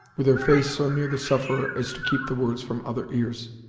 with her face so near the sufferer as to keep the words from other ears.